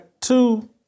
two